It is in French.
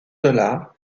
dollar